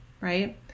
right